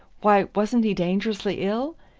why, wasn't he dangerously ill?